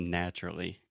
naturally